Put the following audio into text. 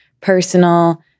personal